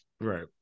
right